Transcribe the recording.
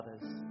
others